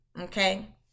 Okay